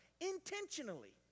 intentionally